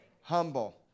humble